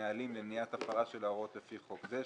ונהלים למניעת הפרה של ההוראות לפי חוק זה,